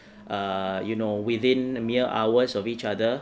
err you know within mere hours of each other